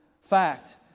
fact